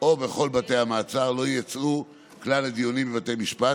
או בכל בתי המעצר לא יצאו כלל לדיונים בבתי המשפט,